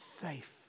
safe